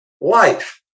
life